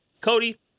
Cody